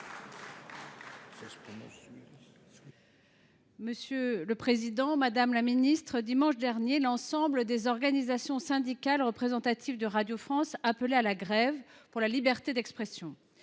Mme la ministre de la culture. Dimanche dernier, l’ensemble des organisations syndicales représentatives de Radio France appelaient à la grève, pour la liberté d’expression.